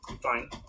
Fine